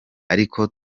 ariko